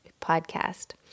podcast